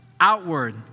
outward